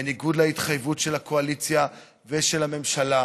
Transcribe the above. בניגוד להתחייבות של הקואליציה ושל הממשלה,